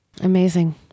Amazing